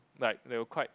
like they were quite